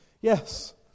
Yes